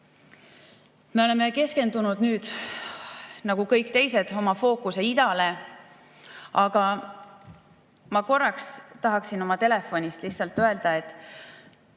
oleme keskendanud nüüd, nagu kõik teisedki, oma fookuse idale. Aga ma korraks tahaksin oma telefoni vaadates lihtsalt öelda, et